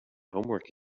homework